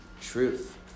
truth